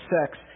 sex